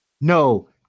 no